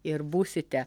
ir būsite